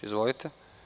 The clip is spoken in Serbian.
Izvolite.